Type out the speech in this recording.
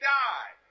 die